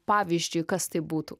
pavyzdžiui kas tai būtų